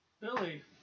Billy